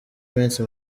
minsi